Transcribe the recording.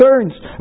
concerns